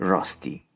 Rusty